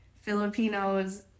Filipinos